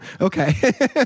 Okay